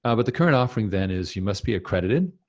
ah but the current offering then is you must be accredited.